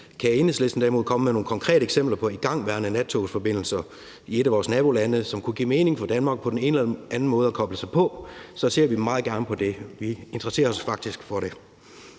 Kan Enhedslisten derimod komme med nogle konkrete eksempler på igangværende nattogsforbindelser i et af vores nabolande, som det kunne give mening for Danmark på den ene eller anden måde at koble sig på, så ser vi meget gerne på det. Vi interesserer os faktisk for det.